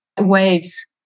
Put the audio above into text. waves